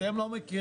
אתם לא מכירים.